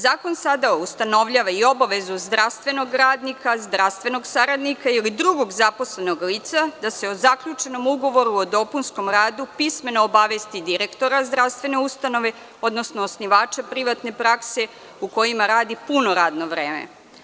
Zakon sada ustanovljava i obavezu zdravstvenog radnika, zdravstvenog saradnika ili drugog zaposlenog lica da o zaključenom ugovoru o dopunskom radu pismeno obavesti direktora zdravstvene ustanove, odnosno osnivače privatne prakse u kojima radi puno radno vreme.